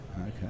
Okay